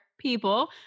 People